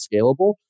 scalable